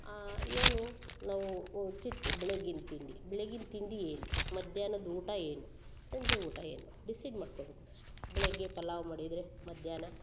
ಏನು ನಾವು ಬೆಳಗಿನ ತಿಂಡಿ ಬೆಳಗಿನ ತಿಂಡಿ ಏನು ಮಧ್ಯಾಹ್ನದ ಊಟ ಏನು ಸಂಜೆ ಊಟ ಏನು ಡಿಸೈಡ್ ಮಾಡ್ಕೊಬೇಕು ಫಸ್ಟು ಬೆಳಗ್ಗೆ ಪಲಾವ್ ಮಾಡಿದರೆ ಮಧ್ಯಾಹ್ನ